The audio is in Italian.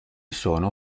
sono